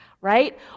right